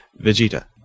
Vegeta